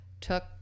took